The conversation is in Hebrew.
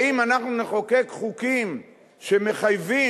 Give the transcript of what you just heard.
האם אנחנו נחוקק חוקים שמחייבים,